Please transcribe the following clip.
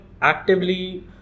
actively